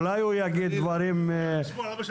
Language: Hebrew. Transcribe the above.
אולי הוא יגיד דברים --- הוא